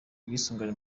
ubwisungane